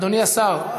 אדוני השר,